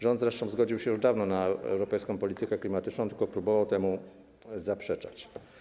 Rząd zresztą zgodził się już dawno na europejską politykę klimatyczną, tylko próbował temu zaprzeczać.